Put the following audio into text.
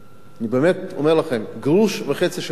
אני באמת אומר לכם, גרוש וחצי של כסף.